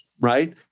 right